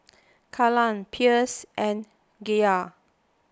Kaylan Pierce and Gayla